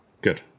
good